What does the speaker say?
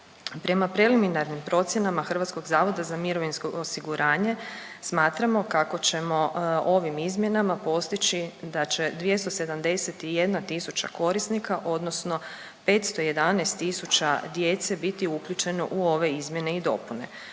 Prema preliminarnim procjenama HZMO-a smatramo kako ćemo ovim izmjenama postići da će 271 tisuća korisnika odnosno 511 tisuća djece biti uključeno u ove izmjene i dopune,